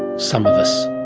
some of us.